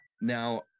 Now